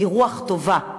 והיא רוח טובה.